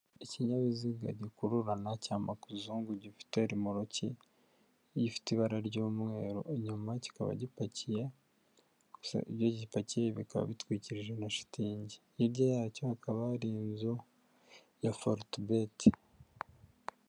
Ikinyabiziga gikururana cya makuzungu gifite rimoroki ifite ibara ry'umweru, inyuma kikaba gipakiye gusa ibyo gipakiye bikaba bitwikirije na shitingi. Hirya yacyo hakaba hari inzu ya forutubeti.